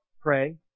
pray